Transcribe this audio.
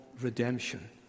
redemption